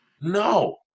no